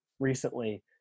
recently